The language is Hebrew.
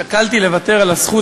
שקלתי לוותר על הזכות,